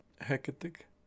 Hectic